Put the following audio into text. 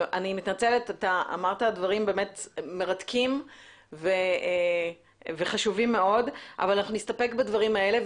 אתה אמרת דברים מרתקים וחשובים מאוד אבל אנחנו נסתפק בדברים האלה.